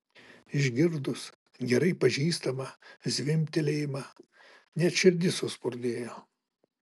išgirdus gerai pažįstamą zvimbtelėjimą net širdis suspurdėjo